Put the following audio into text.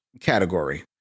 category